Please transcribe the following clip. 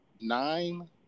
nine